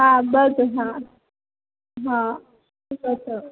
હા બધું જ હા હા શું કહો છો